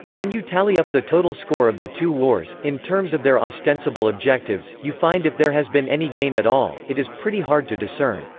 when you tally up the total score of the two wars, in terms of their ostensible objectives, you find if there has been any gain at all, it is pretty hard to discern.